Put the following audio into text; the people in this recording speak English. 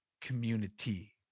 community